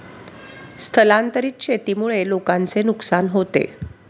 स्थलांतरित शेतीमुळे लोकांचे नुकसान होते